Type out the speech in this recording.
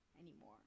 anymore